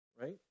right